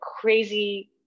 crazy